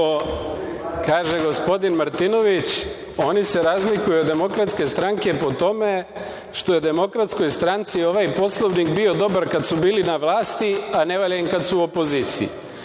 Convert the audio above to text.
Kaže gospodin Martinović – oni se razlikuju od Demokratske stranke po tome što je Demokratskoj stranci ovaj Poslovnik bio dobar kad su bili na vlasti, a ne valja im kad su u opoziciji.